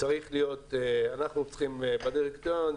הוא שאנחנו צריכים, בדירקטוריון,